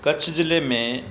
कच्छ ज़िले में